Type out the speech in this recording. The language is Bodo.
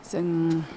जोङो